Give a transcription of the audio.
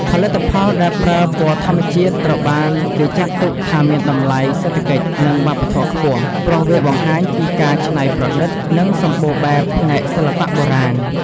ផលិតផលដែលប្រើពណ៌ធម្មជាតិ ត្រូវបានគេចាត់ទុកថាមានតម្លៃសេដ្ឋកិច្ច និងវប្បធម៌ខ្ពស់ ព្រោះវាបង្ហាញពីការច្នៃប្រឌិត និងសម្បូរបែបផ្នែកសិល្បៈបុរាណ។